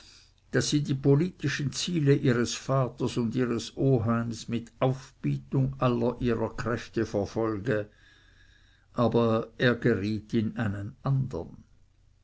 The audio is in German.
daß sie die politischen ziele ihres vaters und ihres oheims mit aufbietung aller ihrer kräfte verfolge aber er geriet in einen andern